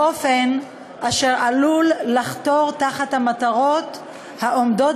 באופן אשר עלול לחתור תחת המטרות העומדות